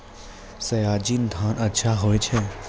सयाजी धान अच्छा होय छै?